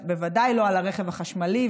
בוודאי לא על הרכב החשמלי,